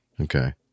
Okay